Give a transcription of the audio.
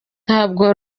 ntabwo